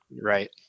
Right